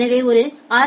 எனவே ஒரு ஆர்